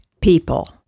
people